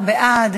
11 בעד,